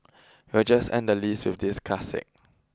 we'll just end the list with this classic